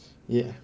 ya